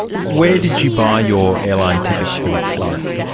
where did you buy your airline tickets for this flight? and